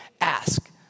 ask